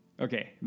okay